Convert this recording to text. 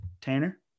Tanner